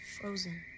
frozen